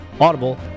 Audible